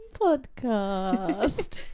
Podcast